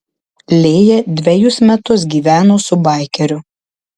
lėja dvejus metus gyveno su baikeriu